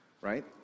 Right